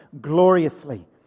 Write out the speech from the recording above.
gloriously